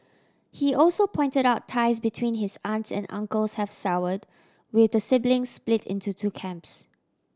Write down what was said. he also pointed out ties between his aunts and uncles have soured with the siblings split into two camps